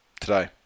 today